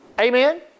Amen